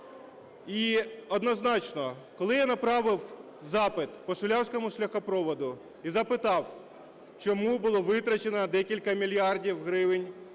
І однозначно, коли я направив запит по Шулявському шляхопроводу і запитав, чому було витрачено декілька мільярдів гривень